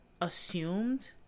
assumed